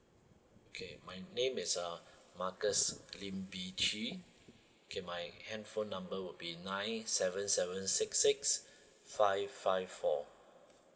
okay my name is uh marcus lim bin chee okay my handphone number would be nine seven seven six six five five four